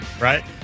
right